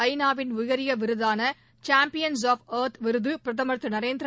ஐநாவின் உயரிய விருதான சாம்பியன்ஸ் ஆப் இயர்த் விருது பிரதமர் திரு நரேந்திர